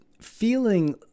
feeling